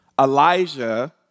Elijah